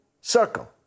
circle